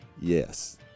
Yes